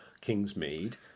Kingsmead